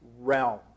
Realm